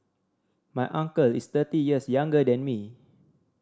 my uncle is thirty years younger than me